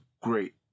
great